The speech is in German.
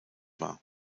war